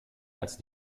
als